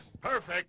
Perfect